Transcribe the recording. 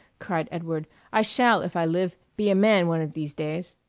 cried edward i shall, if i live, be a man one of these days.